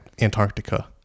Antarctica